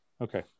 Okay